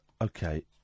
Okay